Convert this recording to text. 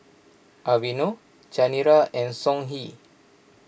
Aveeno Chanira and Songhe